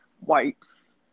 wipes